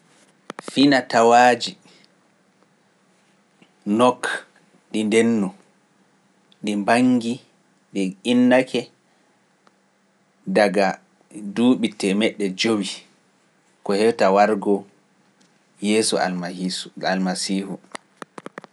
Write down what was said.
Finatawaaji nokku ɗi ndenndu ɗi mbaŋŋgi ɗi innake daga duuɓi teemeɗɗe jowi ko hewta wargo Yeesu Almasiihu.